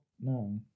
No